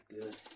good